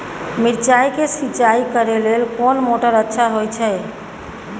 मिर्चाय के सिंचाई करे लेल कोन मोटर अच्छा होय छै?